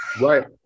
Right